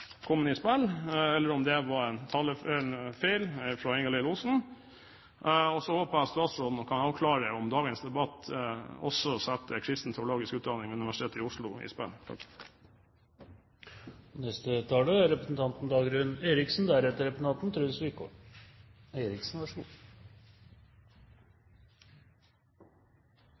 var en feil fra Ingalill Olsen. Og så håper jeg at statsråden kan avklare om dagens debatt også setter kristen teologisk utdanning ved Universitetet i Oslo i spill. Det var representanten